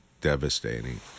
devastating